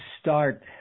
start